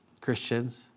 Christians